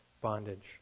bondage